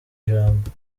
ijambo